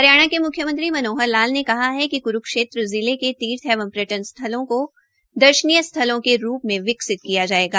हरियाणा के मुख्यमंत्री मनोहर लाल ने कहा है कि क्रूक्षेत्र जिले के तीर्थ एवं पर्यटन स्थलों को दर्शनीय स्थलों के रूप में विकसित किया जायेगा